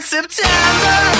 September